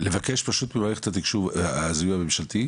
לבקש פשוט ממערכת הזיהוי הממשלתי,